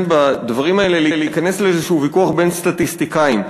בדברים האלה להיכנס לאיזשהו ויכוח בין סטטיסטיקאים,